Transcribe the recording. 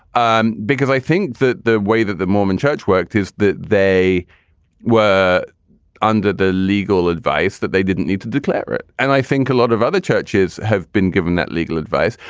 um because i think that the way that the mormon church worked is that they were under the legal advice that they didn't need to declare it. and i think a lot of other churches have been given that legal advice.